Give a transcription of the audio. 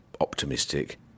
optimistic